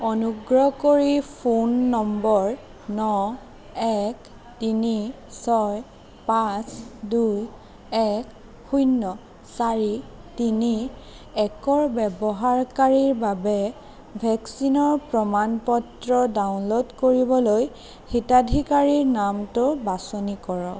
অনুগ্ৰহ কৰি phone number ন এক তিনি ছয় পাঁচ দুই এক শূন্য চাৰি তিনি একৰ ব্যৱহাৰকাৰীৰ বাবে ভেকচিনৰ প্ৰমাণ পত্ৰ ডাউনল'ড কৰিবলৈ হিতাধিকাৰীৰ নামটো বাছনি কৰক